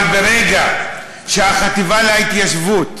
אבל ברגע שהחטיבה להתיישבות,